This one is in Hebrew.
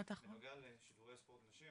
בנוגע לשידורי ספורט נשים,